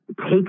take